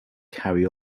carry